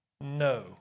No